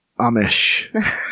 amish